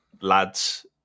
lads